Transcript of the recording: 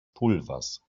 pulvers